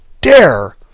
dare